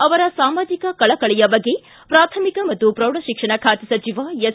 ಅವರ ಸಾಮಾಜಿಕ ಕಳಕಳಿಯ ಬಗ್ಗೆ ಪ್ರಾಥಮಿಕ ಮತ್ತು ಪ್ರೌಢಶಿಕ್ಷಣ ಖಾತೆ ಸಚಿವ ಎಸ್